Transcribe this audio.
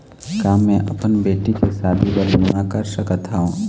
का मैं अपन बेटी के शादी बर बीमा कर सकत हव?